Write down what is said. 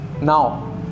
now